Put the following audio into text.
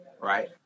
Right